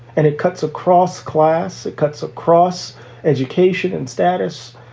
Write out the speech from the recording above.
and it cuts across class. it cuts across education and status,